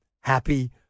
happy